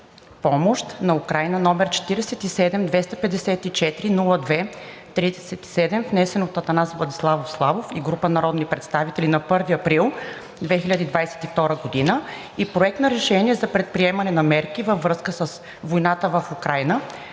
помощ на Украйна, № 47-254-02-37, внесен от Атанас Владиславов Славов и група народни представители на 1 април 2022 г.; и Проект на решение за предприемане на мерки във връзка с войната в Украйна,